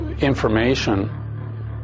information